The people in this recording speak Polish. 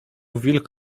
wilk